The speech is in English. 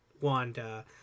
Wanda